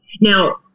Now